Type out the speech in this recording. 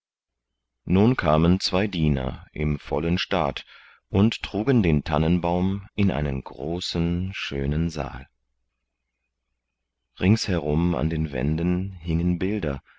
nun kamen zwei diener im vollen staat und trugen den tannenbaum in einen großen schönen saal ringsherum an den wänden hingen bilder